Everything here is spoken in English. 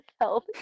health